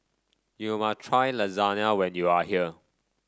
you must try Lasagne when you are here